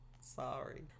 Sorry